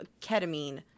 ketamine